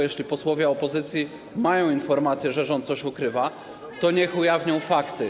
Jeśli posłowie opozycji mają informacje, że rząd coś ukrywa, to niech ujawnią fakty.